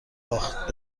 باخت